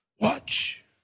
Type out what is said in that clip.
Watch